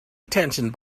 attention